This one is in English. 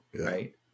right